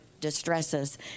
distresses